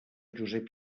josep